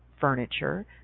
furniture